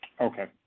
okay